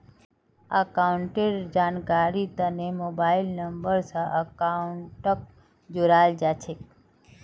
अकाउंटेर जानकारीर तने मोबाइल नम्बर स अकाउंटक जोडाल जा छेक